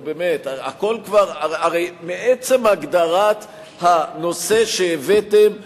הרי מעצם הגדרת הנושא שהבאתם משתמע,